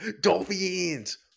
Dolphins